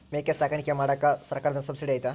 ಮೇಕೆ ಸಾಕಾಣಿಕೆ ಮಾಡಾಕ ಸರ್ಕಾರದಿಂದ ಸಬ್ಸಿಡಿ ಐತಾ?